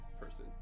person